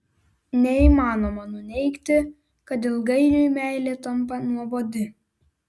neįmanoma nuneigti kad ilgainiui meilė tampa nuobodi